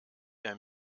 der